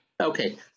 Okay